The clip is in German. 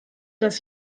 das